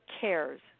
CARES